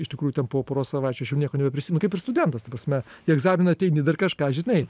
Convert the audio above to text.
iš tikrųjų ten po poros savaičių aš jau nieko nebeprisimenu kaip ir studentas ta prasme į egzaminą ateini dar kažką žinai